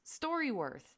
StoryWorth